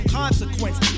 consequence